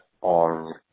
on